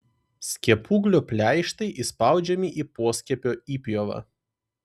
skiepūglio pleištai įspaudžiami į poskiepio įpjovą